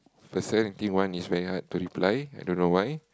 personality one is very hard to reply I don't know why